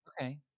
Okay